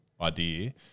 idea